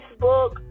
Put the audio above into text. Facebook